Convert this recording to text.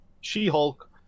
She-Hulk